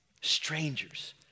Strangers